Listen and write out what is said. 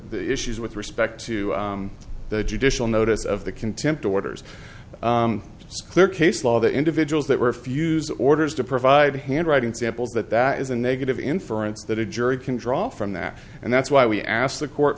issues with respect to the judicial notice of the contempt orders it's clear case law the individuals that were fused orders to provide handwriting samples that that is a negative inference that a jury can draw from that and that's why we asked the court